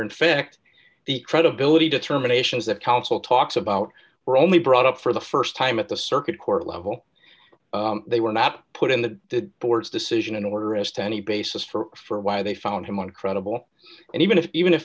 in fact the credibility determinations that counsel talks about were only brought up for the st time at the circuit court level they were not put in the board's decision in order as to any basis for why they found him one credible and even if even if